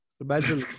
imagine